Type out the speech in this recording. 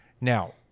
Now